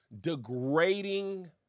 degrading